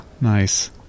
nice